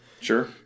Sure